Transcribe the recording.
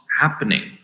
happening